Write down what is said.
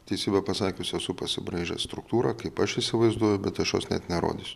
teisybę pasakius esu pasibrėžęs struktūrą kaip aš įsivaizduoju bet aš jos net nerodysiu